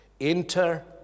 Enter